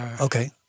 Okay